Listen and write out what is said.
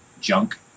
Junk